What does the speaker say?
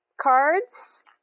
cards